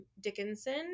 Dickinson